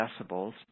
decibels